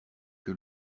que